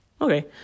Okay